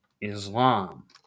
Islam